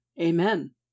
Amen